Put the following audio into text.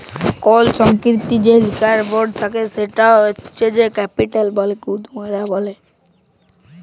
call সংস্থার যে liability থাক্যে সেটার উপর ওয়ার্কিং ক্যাপিটাল ব্যলে